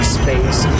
space